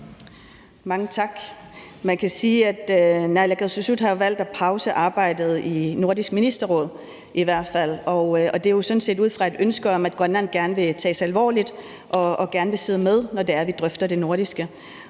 Mange tak. Man kan sige, at naalakkersuisut jo har valgt at pause arbejdet i Nordisk Ministerråd i hvert fald, og det er jo sådan set ud fra et ønske om, at Grønland gerne vil tages alvorligt og gerne vil sidde med, når det er, vi drøfter det nordiske.